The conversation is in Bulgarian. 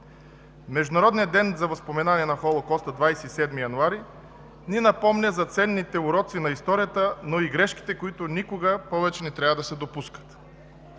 Международният ден за възпоменание на Холокоста – 27 януари, ни напомня за ценните уроци на историята, но и грешките, които никога повече не трябва да се допускат.